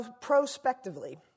prospectively